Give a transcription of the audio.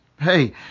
Hey